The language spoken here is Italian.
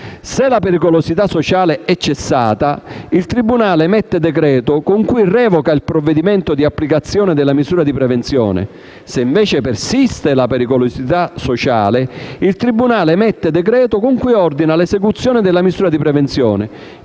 Se la pericolosità sociale è cessata, il tribunale emette decreto con cui revoca il provvedimento di applicazione della misura di prevenzione; se invece persiste la pericolosità sociale, il tribunale emette decreto con cui ordina l'esecuzione della misura di prevenzione,